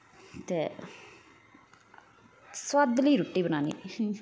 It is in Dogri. ते सोआदली रुट्टी बनानी